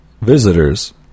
visitors